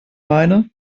meine